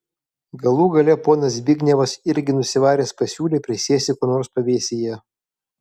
galų gale ponas zbignevas irgi nusivaręs pasiūlė prisėsti kur nors pavėsyje